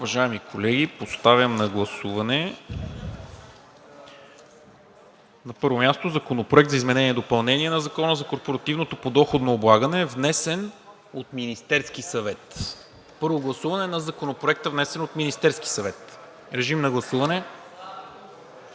Уважаеми колеги, поставям на гласуване, на първо място, Законопроекта за изменение и допълнение на Закона за корпоративното подоходно облагане – първо гласуване на Законопроекта, внесен от Министерския съвет. Гласували